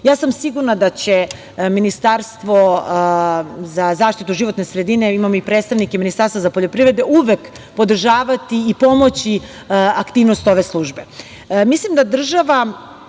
sam da će Ministarstvo za zaštitu životne sredine, a imamo i predstavnike Ministarstva za poljoprivredu, uvek podržavati i pomoći aktivnost ove službe.